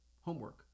Homework